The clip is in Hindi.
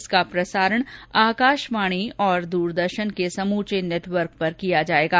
इसका प्रसारण आकाशवाणी और द्वरदर्शन के समूचे नेटवर्क पर किया जाएगा